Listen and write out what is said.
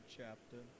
chapter